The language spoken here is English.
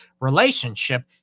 relationship